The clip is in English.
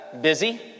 busy